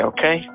Okay